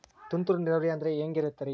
ತುಂತುರು ನೇರಾವರಿ ಅಂದ್ರೆ ಹೆಂಗೆ ಇರುತ್ತರಿ?